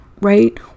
Right